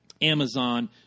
Amazon